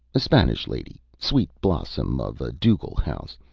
a spanish lady, sweet blossom of a ducal house.